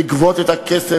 לגבות את הכסף,